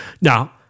now